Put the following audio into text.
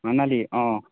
আমাৰেই অঁ